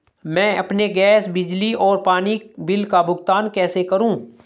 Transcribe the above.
मैं अपने गैस, बिजली और पानी बिल का भुगतान कैसे करूँ?